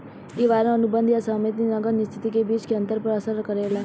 इ वादा अनुबंध आ समाहित नगद स्थिति के बीच के अंतर पर असर करेला